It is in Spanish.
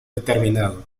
determinado